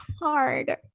hard